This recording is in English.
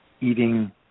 eating